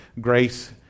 grace